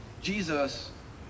Jesus